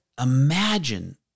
imagine